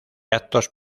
actos